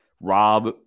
Rob